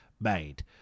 made